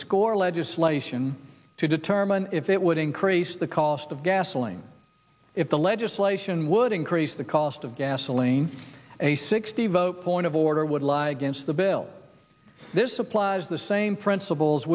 score legislation to determine if it would increase the cost of gasoline if the legislation would increase the cost of gasoline a sixty vote for an avoider would lie against the bill this applies the same principle